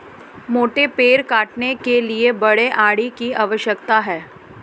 मोटे पेड़ काटने के लिए बड़े आरी की आवश्यकता है